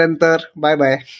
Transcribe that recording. bye-bye